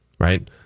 Right